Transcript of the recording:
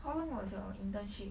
how long was your internship